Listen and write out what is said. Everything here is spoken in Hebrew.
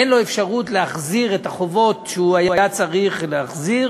אין לו אפשרות להחזיר את החובות שהוא היה צריך להחזיר,